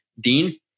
Dean